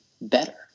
better